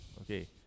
okay